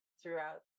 throughout